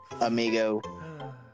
amigo